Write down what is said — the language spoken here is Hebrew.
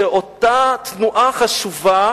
שאותה תנועה חשובה